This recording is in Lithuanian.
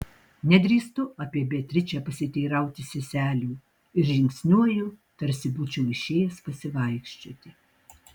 nedrįstu apie beatričę pasiteirauti seselių ir žingsniuoju tarsi būčiau išėjęs pasivaikščioti